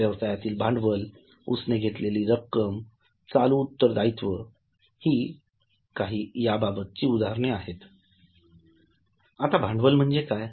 व्यवसायातील भांडवल उसने घेतलेली रक्कम चालू उत्तरदायित्व हि काही याबाबतचीउदाहरणे आहेत आता भांडवल म्हणजे काय